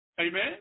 Amen